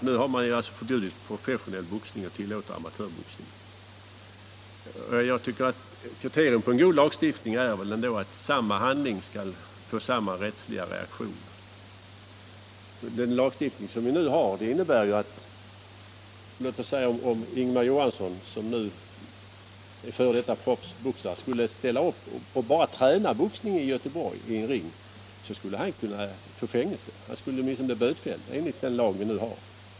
Nu har man alltså förbjudit proffsboxning men tillåter amatörboxning. Kriteriet på en god lagstiftning är att samma handling skall föranleda samma rättsliga reaktion. Om Ingemar Johansson, som nu är f. d. proffsboxare, skulle träna boxning i en ring i Göteborg, så skulle han enligt den lag vi nu har få fängelse eller åtminstone bötfällas för det.